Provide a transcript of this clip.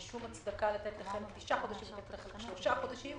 אין שום הצדקה לתת לחלק תשעה חודשים ולחלק שלושה חודשים,